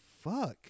fuck